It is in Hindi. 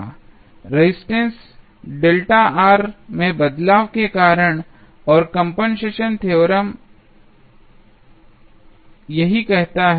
रेजिस्टेंस में बदलाव के कारण और कंपनसेशन थ्योरम यही कहता है